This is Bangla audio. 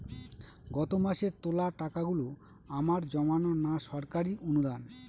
গত মাসের তোলা টাকাগুলো আমার জমানো না সরকারি অনুদান?